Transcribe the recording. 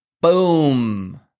boom